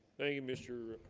thank you mr.